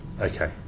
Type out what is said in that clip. Okay